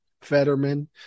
fetterman